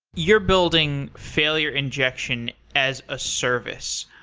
you're building failure injection as a service.